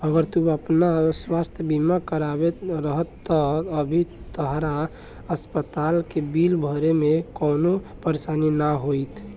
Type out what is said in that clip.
अगर तू आपन स्वास्थ बीमा करवले रहत त अभी तहरा अस्पताल के बिल भरे में कवनो परेशानी ना होईत